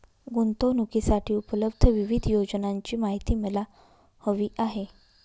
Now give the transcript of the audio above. गुंतवणूकीसाठी उपलब्ध विविध योजनांची माहिती मला हवी आहे